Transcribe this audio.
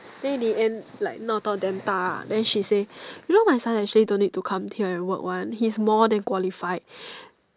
then in the end like 闹到 damn 大 ah then she say you know my son actually don't need to come here and work want he is more then qualified